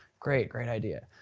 great, great idea.